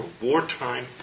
wartime